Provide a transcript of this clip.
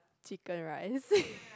chicken rice